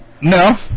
no